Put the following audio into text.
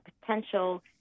potential